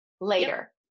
later